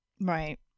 Right